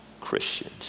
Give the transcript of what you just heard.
Christians